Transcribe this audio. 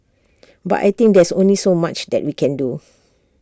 but I think there's only so much that we can do